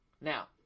Now